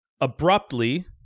abruptly